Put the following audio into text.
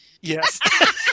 Yes